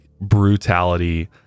brutality